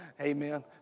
Amen